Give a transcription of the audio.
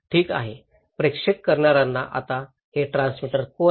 ठीक आहे प्रेषण करणार्यांना आता हे ट्रान्समीटर कोण आहेत